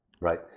right